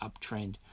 uptrend